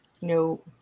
No